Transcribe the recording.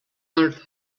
earth